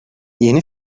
yeni